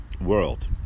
world